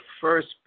first